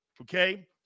Okay